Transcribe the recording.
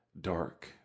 dark